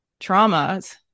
traumas